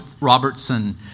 Robertson